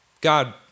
God